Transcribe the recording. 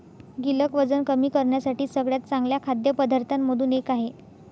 गिलक वजन कमी करण्यासाठी सगळ्यात चांगल्या खाद्य पदार्थांमधून एक आहे